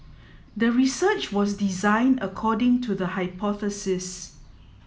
the research was designed according to the hypothesis